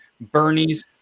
Bernie's